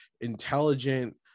intelligent